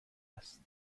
است